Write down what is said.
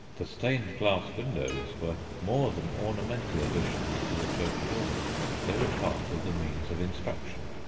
the stained-glass windows were more than ornamental additions to the church building they were part of the means of instruction.